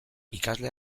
ikasle